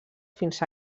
fins